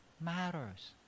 matters